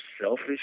selfish